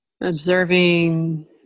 observing